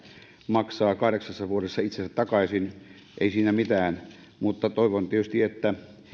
maksaa kahdeksassa vuodessa itsensä takaisin ei siinä mitään mutta toivon tietysti että